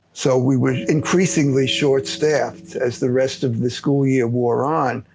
so we were increasingly short-staffed as the rest of the school year wore on.